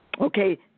Okay